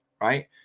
right